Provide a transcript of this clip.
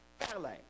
Valley